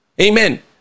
Amen